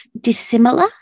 dissimilar